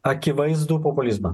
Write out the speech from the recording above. akivaizdų populizmą